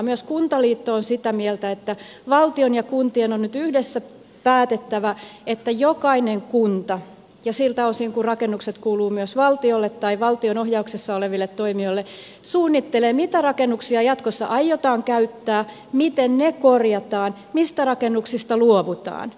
myös kuntaliitto on sitä mieltä että valtion ja kuntien on nyt yhdessä päätettävä että jokainen kunta ja siltä osin kuin rakennukset kuuluvat myös valtiolle tai valtion ohjauksessa oleville toimijoille suunnittelee mitä rakennuksia jatkossa aiotaan käyttää miten ne korjataan mistä rakennuksista luovutaan